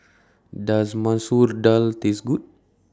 Does Masoor Dal Taste Good